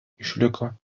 išliko